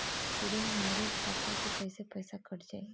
सीधे हमरे खाता से कैसे पईसा कट जाई?